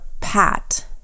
pat